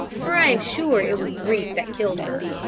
for i am sure it was grief that killed her.